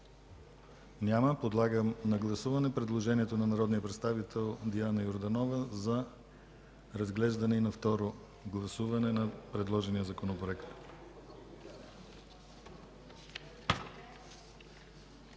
Няма. Подлагам на гласуване предложението на народния представител Диана Йорданова за разглеждане на второ гласуване на предложения Законопроект.